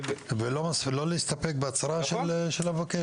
ולא להסתפק בהצהרה של המבקש,